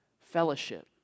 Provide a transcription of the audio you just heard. fellowship